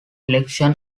election